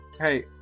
Hey